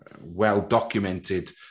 well-documented